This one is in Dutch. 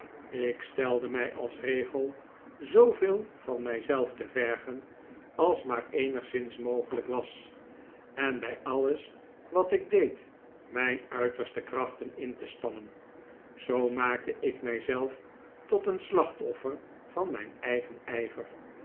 ik stelde mij als regel zooveel van mijzelf te vergen als maar eenigszins mogelijk was en bij alles wat ik deed mijn uiterste krachten in te spannen zoo maakte ik mijzelf tot een slachtoffer van mijn eigen ijver